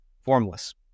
formless